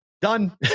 done